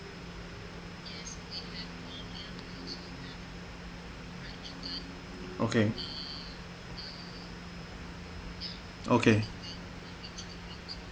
okay okay